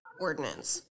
ordinance